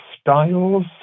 styles